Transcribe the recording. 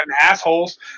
assholes